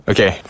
Okay